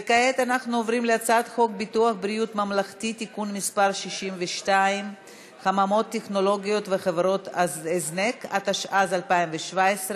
בעד, 34 חברי כנסת, תשעה מתנגדים, אין נמנעים.